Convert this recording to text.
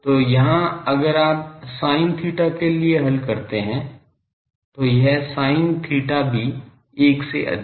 तो यहाँ अगर आप sin theta के लिए हल करते हैं तो यह sin theta भी 1 से अधिक है